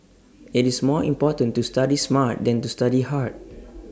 IT is more important to study smart than to study hard